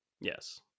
yes